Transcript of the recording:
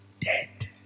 dead